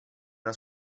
una